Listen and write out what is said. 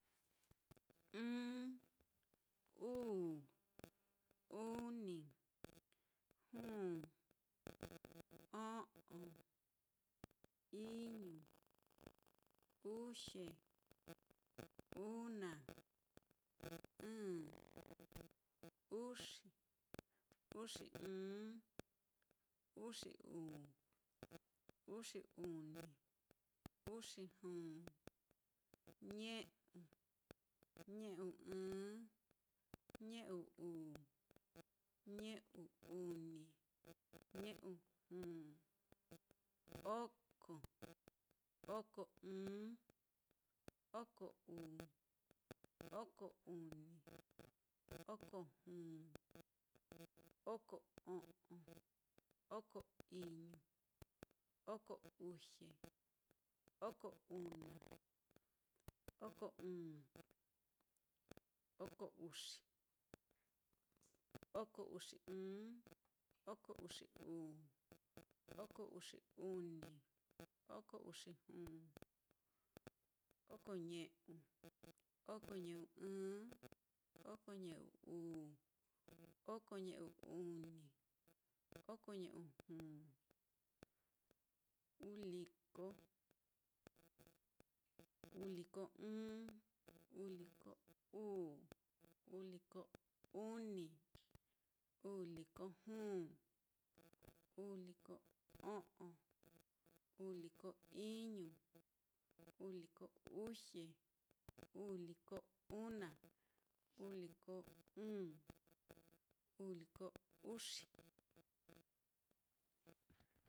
Ɨ́ɨ́n, uu, uni, juu, o'on, iñu, uxie, una, ɨ̄ɨ̱n, uxi, uxi ɨ́ɨ́n, uxi uu, uxi uni, uxi juu, ñe'u, ñe'u ɨ́ɨ́n, ñe'u uu, ñe'u uni, ñe'u juu, oko, oko ɨ́ɨ́n, oko uu, oko uni, oko juu, oko o'on, oko iñu, oko uxie, oko una, oko ɨ̄ɨ̱n, oko uxi, oko uxi ɨ́ɨ́n, oko uxi uu, oko uxi uni, oko uxi juu, oko ñe'u, oko ñe'u ɨ́ɨ́n, oko ñe'u uu, oko ñe'u uni, oko ñe'u juu, uu liko, uu liko ɨ́ɨ́n, uu liko uu, uu liko uni, uu liko juu, uu liko o'on, uu liko iñu, uu liko uxie, uu liko una, uu liko ɨ̄ɨ̱n, uu liko uxi.